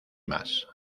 más